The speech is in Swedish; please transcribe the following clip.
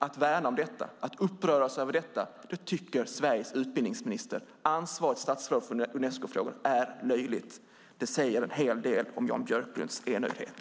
Att värna om dessa människor och att uppröras över detta tycker Sveriges utbildningsminister, ansvarigt statsråd för Unescofrågor, är löjligt. Det säger en hel del om Jan Björklunds enögdhet.